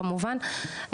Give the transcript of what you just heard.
כמובן,